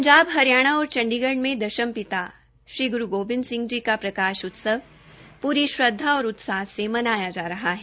पंजाब हरियाणा और चंडीगढ़ में दशम पिता श्री गुरू गोबिंद सिंह जी का प्रकाश उत्सव प्री श्रद्वा और उत्साह से मनाया जा रहा है